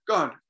God